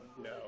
no